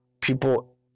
people